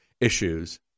issues